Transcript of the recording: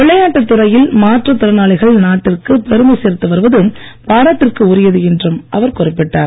விளையாட்டுத் துறையில் மாற்றுத் திறனாளிகள் நாட்டிற்கு பெருமை சேர்த்து வருவது பாராட்டிற்கு உரியது என்றும் அவர் குறிப்பிட்டார்